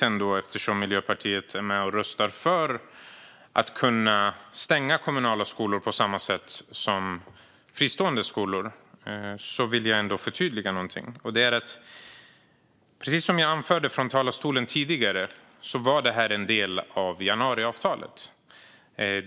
Men eftersom Miljöpartiet kommer att rösta för att man ska kunna stänga kommunala skolor på samma sätt som fristående skolor tycker jag ändå att det är viktigt att förtydliga en sak. Precis som jag anförde från talarstolen tidigare var detta en del av januariavtalet.